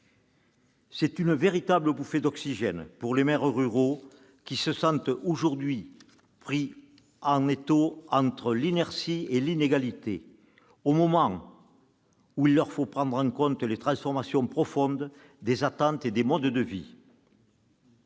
d'une véritable « bouffée d'oxygène » pour les maires ruraux, qui se sentent aujourd'hui pris en étau entre l'inertie et l'illégalité, au moment où il leur faut prendre en compte les transformations profondes des attentes et des modes de vie.